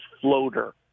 floater